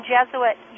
Jesuit